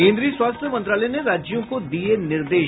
केंद्रीय स्वास्थ्य मंत्रालय ने राज्यों को दिये निर्देश